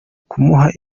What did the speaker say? kumuha